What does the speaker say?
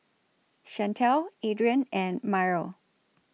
Shantel Adrain and Myrl